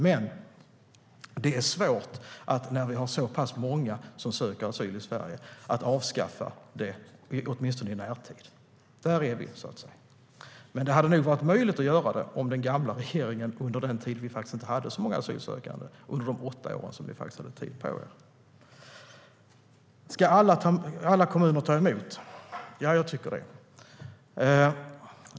Men det är svårt när vi har så pass många som söker asyl i Sverige att avskaffa det, åtminstone i närtid. Där är vi. Men det hade nog varit möjligt att göra det för den gamla regeringen under den tid då vi faktiskt inte hade så många asylsökande. Ni hade åtta år på er. Ska alla kommuner ta emot? Ja, jag tycker det.